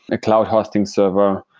a cloud hosting server,